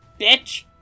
bitch